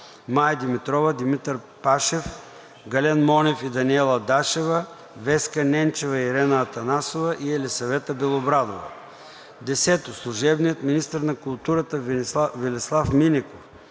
Мая Димитрова; Димитър Пашев; Гален Монев и Даниела Дашева; Веска Ненчева и Ирена Анастасова; и Елисавета Белобрадова. 10. Служебният министър на културата Велислав Минеков